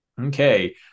Okay